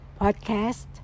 podcast